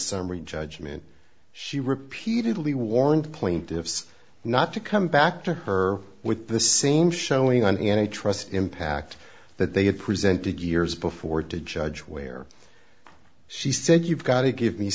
summary judgment she repeatedly warned plaintiffs not to come back to her with the same showing on any trust impact that they had presented years before to judge where she said you've got to give me